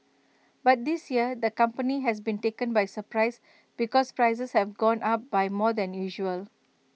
but this year the company has been taken by surprise because prices have gone up by more than usual